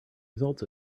results